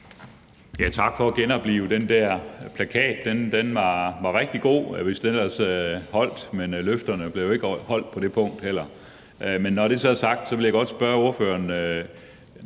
Tak for at genoplive den der plakat. Den var rigtig god, hvis det ellers havde holdt, men løfterne blev heller ikke holdt på det punkt. Men når det så er sagt, vil jeg godt spørge ordføreren,